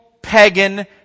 pagan